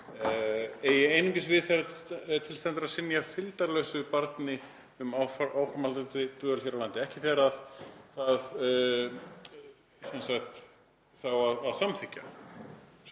eigi einungis við þegar til stendur að synja fylgdarlausu barni um áframhaldandi dvöl hér á landi, ekki þegar það á að samþykkja,